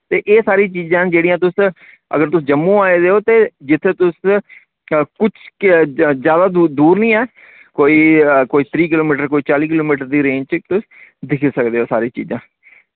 ते एह् सारी चीजां न जेह्ड़ियां तुस अगर तुस जम्मू आए दे ओ ते जित्थे तुस कुछ के जैदा दूर निं ऐ कोई कोई त्रि किलोमीटर कोई चाली किलोमीटर दी रेंज च तुस दिक्खी सकदे ओ सारीं चीजां